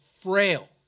frail